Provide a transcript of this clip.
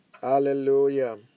Hallelujah